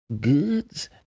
goods